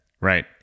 Right